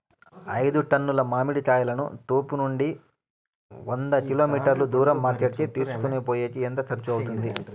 ఐదు టన్నుల మామిడి కాయలను తోపునుండి వంద కిలోమీటర్లు దూరం మార్కెట్ కి తీసుకొనిపోయేకి ఎంత ఖర్చు అవుతుంది?